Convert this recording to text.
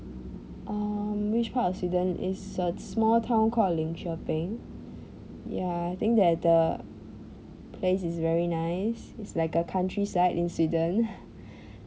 um which part of sweden it's a small town called linkoping ya think that the place is very nice it's like a countryside in sweden